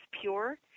pure